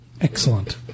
Excellent